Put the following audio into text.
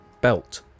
belt